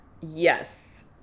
Yes